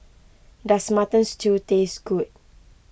does Mutton Stew taste good